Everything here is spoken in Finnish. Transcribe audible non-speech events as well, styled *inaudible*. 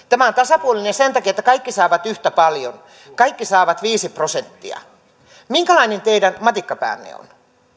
*unintelligible* tämä on tasapuolinen sen takia että kaikki saavat yhtä paljon kaikki saavat viisi prosenttia minkälainen teidän matikkapäänne on